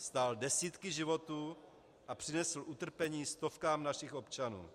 Stál desítky životů a přinesl utrpení stovkám našich občanů.